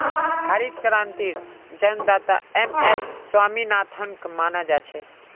हरित क्रांतिर जन्मदाता एम.एस स्वामीनाथनक माना जा छे